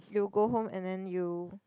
you go home and then you